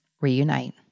reunite